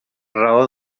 raó